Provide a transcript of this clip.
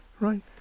Right